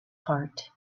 heart